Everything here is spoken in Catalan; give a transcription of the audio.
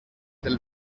del